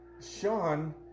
Sean